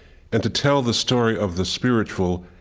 and to tell the story of the spiritual,